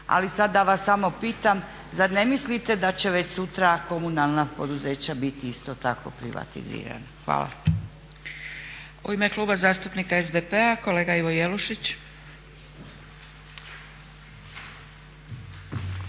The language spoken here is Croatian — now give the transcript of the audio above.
Ali sad da vas samo pitam zar ne mislite da će već sutra komunalna poduzeća biti isto tako privatizirana. Hvala. **Zgrebec, Dragica (SDP)** U ime Kluba zastupnika SDP-a, kolega Ivo Jelušić.